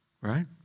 right